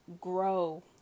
grow